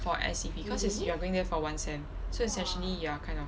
for S_E_P cause is you are going there for one sem so is actually you are kind of